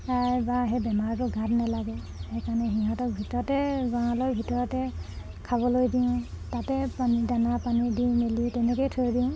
বা সেই বেমাৰটো গাত নেলাগে সেইকাৰণে সিহঁতক ভিতৰতে গড়ালৰ ভিতৰতে খাবলৈ দিওঁ তাতে পানী দানা পানী দি মেলি তেনেকৈয়ে থৈ দিওঁ